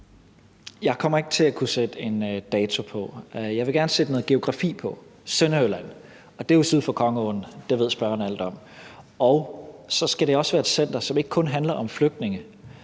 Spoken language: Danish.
Jeg kommer ikke til at kunne sætte en dato på. Jeg vil gerne sætte noget geografi på: Sønderjylland. Og det er jo syd for Kongeåen; det ved spørgeren alt om. Og så skal det også være et center, som ikke kun handler om flygtninge,